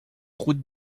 route